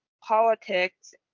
politics